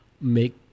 make